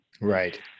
Right